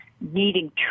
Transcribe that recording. needing